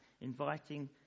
inviting